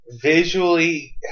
visually